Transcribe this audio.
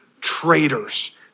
traitors